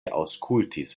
aŭskultis